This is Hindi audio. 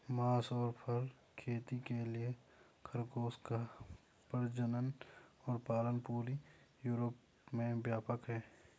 मांस और फर खेती के लिए खरगोशों का प्रजनन और पालन पूरे यूरोप में व्यापक है